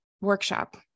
workshop